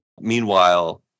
Meanwhile